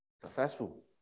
successful